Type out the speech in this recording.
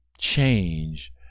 Change